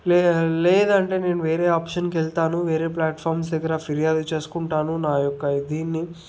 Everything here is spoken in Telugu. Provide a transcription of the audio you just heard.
లేదా లేదంటే నేను వేరే ఆప్షన్కి వెళ్తాను వేరే ప్లాట్ఫార్మ్స్ దగ్గర ఫిర్యాదు చేసుకుంటాను నా యొక్క దీన్ని